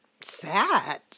sad